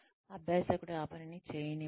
అభ్యాసకుడు ఆ పనిని చేయనివ్వండి